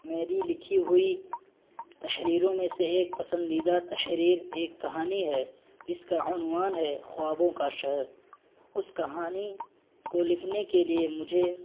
میری لکھی ہوئی تحریروں میں سے ایک پسندیدہ تحریر ایک کہانی ہے جس کا عنوان ہے خوابوں کا شہر اس کہانی کو لکھنے کے لیے مجھے